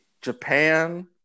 Japan